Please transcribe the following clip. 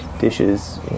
dishes